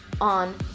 on